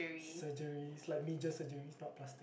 surgeries like major surgeries not plast~